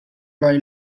lai